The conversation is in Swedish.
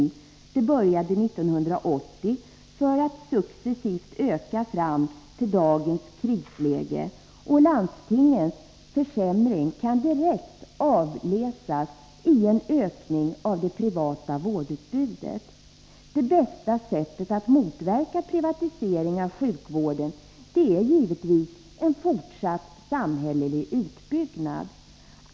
Den negativa utvecklingen började 1980 för att successivt förvärras till dagens krisläge. Försämringen för landstingen kan direkt avläsas i en ökning av det privata vårdutbudet. Det bästa sättet att motverka privatisering av sjukvården är givetvis en fortsatt samhällelig utbyggnad.